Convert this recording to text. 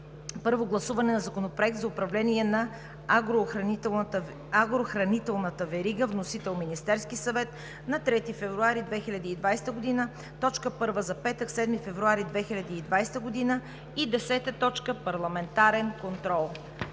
Първо гласуване на Законопроекта за управление на агрохранителната верига. Внесен е от Министерския съвет на 3 февруари 2020 г. – точка първа за петък, 7 февруари 2020 г. 10. Парламентарен контрол.“